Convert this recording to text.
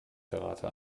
karate